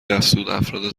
افزودافراد